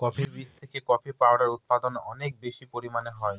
coffee বীজ থেকে coffee powder উৎপাদন অনেক বেশি পরিমানে হয়